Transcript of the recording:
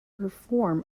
perform